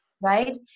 right